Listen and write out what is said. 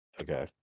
Okay